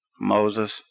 Moses